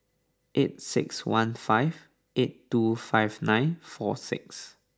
eight six one five eight two five nine four six